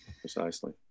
precisely